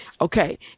okay